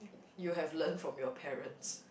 you have learned from your parents